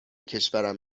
کشورم